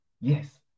yes